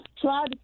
try